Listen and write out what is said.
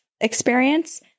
experience